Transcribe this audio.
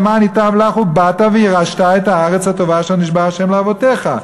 "למען ייטב לך ובאת וירשת את הארץ הטֹבה אשר נשבע ה' לאבֹתיך".